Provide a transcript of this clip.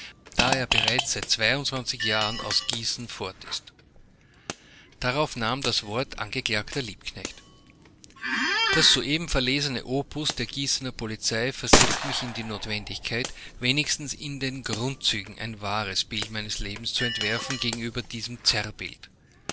da er bereits seit zwei jahren aus gießen fort ist darauf nahm das wort angeklagter liebknecht das soeben verlesene opus der gießener polizei versetzt mich in die notwendigkeit wenigstens in den grundzügen ein wahres bild meines lebens zu entwerfen gegenüber diesem